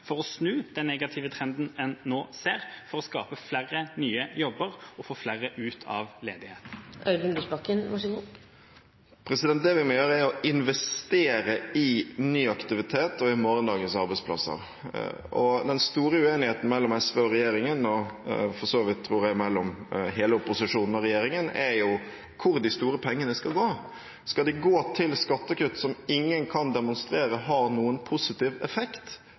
for å snu den negative trenden en nå ser, for å skape flere nye jobber og få flere ut av ledighet? Det vi må gjøre, er å investere i ny aktivitet og i morgendagens arbeidsplasser. Den store uenigheten mellom SV og regjeringen og for så vidt – tror jeg – mellom hele opposisjonen og regjeringen er hvor de store pengene skal gå. Skal de gå til skattekutt som ingen kan demonstrere har noen positiv effekt